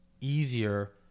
easier